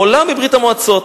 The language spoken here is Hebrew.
עולה מברית-המועצות